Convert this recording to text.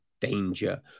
danger